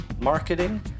marketing